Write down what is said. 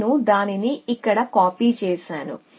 నేను దానిని ఇక్కడ కాపీ చేసాను